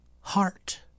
heart